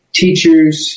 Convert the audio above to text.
teachers